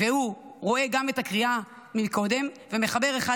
הוא רואה גם את הקריאה מקודם ומחבר אחד